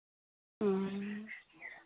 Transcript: हाँ